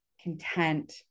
content